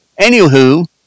Anywho